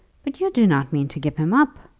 but you do not mean to give him up?